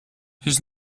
his